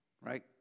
Right